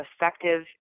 effective